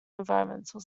environmental